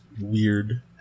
weird